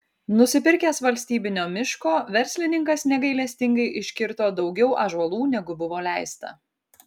nusipirkęs valstybinio miško verslininkas negailestingai iškirto daugiau ąžuolų negu buvo leista